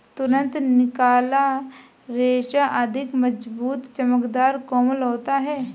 तुरंत निकाला रेशा अधिक मज़बूत, चमकदर, कोमल होता है